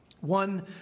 One